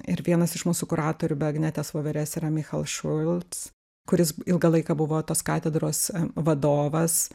ir vienas iš mūsų kuratorių be agnetės voveres yra michal šulc kuris ilgą laiką buvo tos katedros vadovas